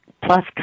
plus